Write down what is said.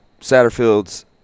Satterfield's